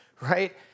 right